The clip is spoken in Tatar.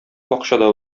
бакчада